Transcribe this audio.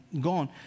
gone